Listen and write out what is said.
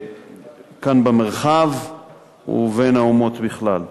כאן במרחב ובין האומות בכלל.